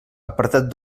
apartat